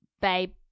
babe